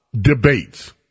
Debates